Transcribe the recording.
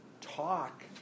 Talk